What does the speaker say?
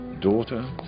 daughter